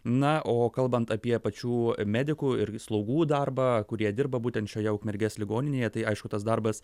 na o kalbant apie pačių medikų ir slaugų darbą kurie dirba būtent šioje ukmergės ligoninėje tai aišku tas darbas